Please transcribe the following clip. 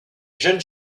jeune